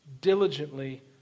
diligently